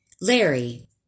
Larry